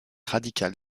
radical